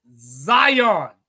Zion